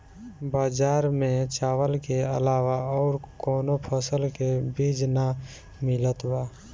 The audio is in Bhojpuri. बजार में चावल के अलावा अउर कौनो फसल के बीज ना मिलत बा